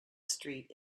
street